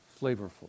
flavorful